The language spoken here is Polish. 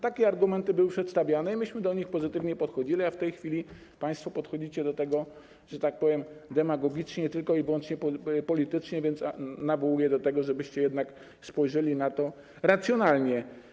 Takie argumenty były przedstawiane i my podchodziliśmy do nich pozytywnie, a w tej chwili państwo podchodzicie do tego, że tak powiem, demagogicznie, tylko i wyłącznie politycznie, więc nawołuję do tego, żebyście jednak spojrzeli na to racjonalnie.